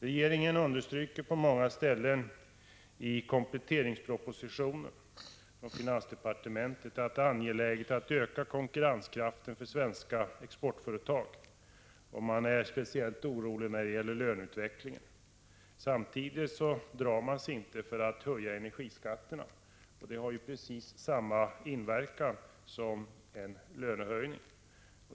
Regeringen understryker på många ställen i kompletteringspropositionen från finansdepartementet att det är angeläget att öka konkurrenskraften för svenska exportföretag, och man är speciellt orolig när det gäller löneutvecklingen. Samtidigt drar man sig inte för att höja energiskatterna, och det har ju precis samma inverkan som en lönehöjning.